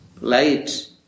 light